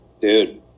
Dude